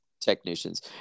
technicians